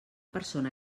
persona